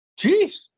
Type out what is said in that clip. Jeez